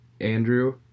Andrew